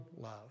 love